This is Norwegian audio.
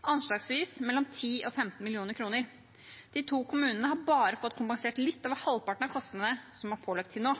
anslagsvis mellom 10 mill. kr og 15 mill. kr. De to kommunene har bare fått kompensert litt over halvparten av kostnadene som er påløpt til nå,